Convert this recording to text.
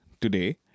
today